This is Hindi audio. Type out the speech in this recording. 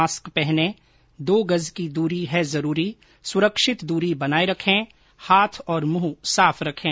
मास्क पहनें दो गज की दूरी है जरूरी सुरक्षित दरी बनाए रखें हाथ और मुंह साफ रखें